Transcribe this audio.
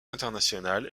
internationale